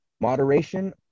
moderation